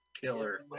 killer